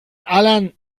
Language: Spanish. alan